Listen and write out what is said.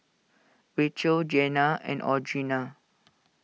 Rachael Jeanna and Audrina